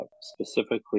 specifically